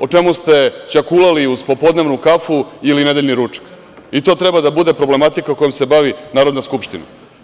o čemu ste ćakulali uz popodnevnu kafu ili nedeljni ručak, i to treba da bude problematika kojom se bavi Narodna skupština?